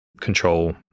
control